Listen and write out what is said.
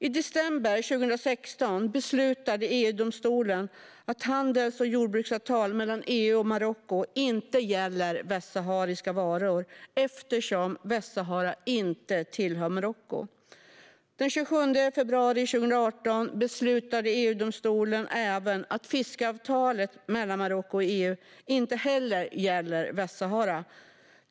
I december 2016 beslutade EU-domstolen att handels och jordbruksavtalet mellan EU och Marocko inte gäller västsahariska varor, eftersom Västsahara inte tillhör Marocko. Den 27 februari 2018 beslutade EU-domstolen att inte heller fiskeavtalet mellan Marocko och EU gäller Västsahara.